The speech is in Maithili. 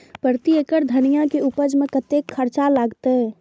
प्रति एकड़ धनिया के उपज में कतेक खर्चा लगते?